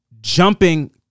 jumping